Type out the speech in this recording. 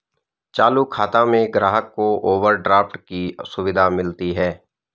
चालू खाता में ग्राहक को ओवरड्राफ्ट की सुविधा मिलती है